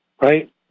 right